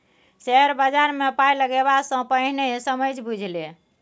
share बजारमे पाय लगेबा सँ पहिने समझि बुझि ले